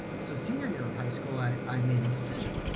so senior year of high school, i i made a decision.